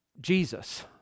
Jesus